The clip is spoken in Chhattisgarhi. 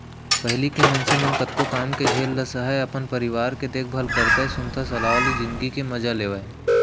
पहिली के मनसे मन कतको काम के झेल ल सहयँ, अपन परिवार के देखभाल करतए सुनता सलाव ले जिनगी के मजा लेवयँ